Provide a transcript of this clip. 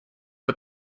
but